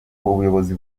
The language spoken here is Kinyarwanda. ubuyobozi